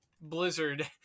Blizzard